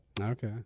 Okay